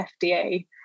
fda